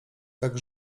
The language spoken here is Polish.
tak